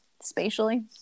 spatially